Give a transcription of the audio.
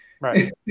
Right